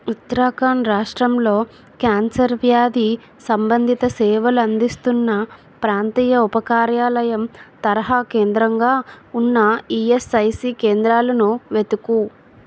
ఉత్తరాఖండ్ రాష్ట్రంలో క్యాన్సర్ వ్యాధి సంబంధిత సేవలందిస్తున్న ప్రాంతీయ ఉపకార్యాలయం తరహా కేంద్రంగా ఉన్న ఈఎస్ఐసి కేంద్రాలను వెతుకు